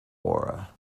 aura